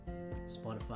Spotify